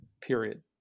period